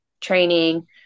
training